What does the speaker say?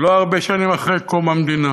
לא הרבה שנים אחרי קום המדינה.